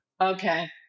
Okay